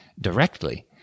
directly